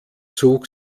zog